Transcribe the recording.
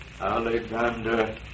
Alexander